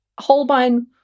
Holbein